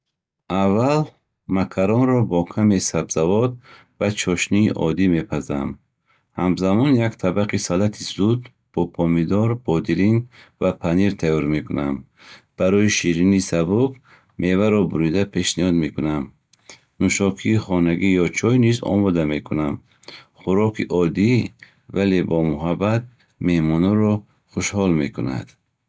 Аввал макаронро бо каме сабзавот ва чошнии оддӣ мепазам. Ҳамзамон, як табақи салати зуд бо помидор, бодиринг ва панир тайёр мекунам. Барои ширинии сабук меваро бурида пешниҳод мекунам. Нӯшокии хонагӣ ё чой низ омода мекунам. Хӯроки оддӣ, вале бо муҳаббат меҳмононро хушҳол мекунад.